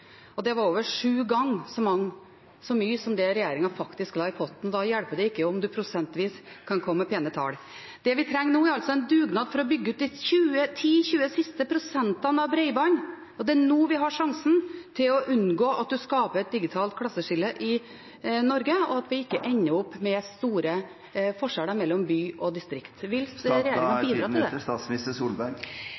Det var over sju ganger så mye som regjeringen faktisk la i potten. Da hjelper det ikke om en prosentvis kan komme med pene tall. Det vi trenger nå, er en dugnad for å bygge ut de ti–tjue siste prosentene av bredbånd. Det er nå vi har sjansen til å unngå at man skaper et digitalt klasseskille i Norge, og at vi ikke ender opp med store forskjeller mellom by og distrikt. Vil regjeringen